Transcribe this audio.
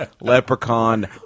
Leprechaun